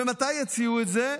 ומתי יציעו את זה?